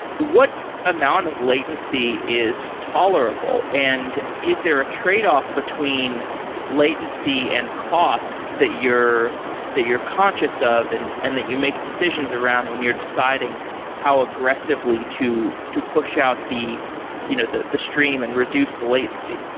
what amount of latency is tolerable and is there a tradeoff between latency and cost that you're that you're conscious of and and that you make decisions around when you're deciding how aggressively to to push out the you know the stream and reduce the latency?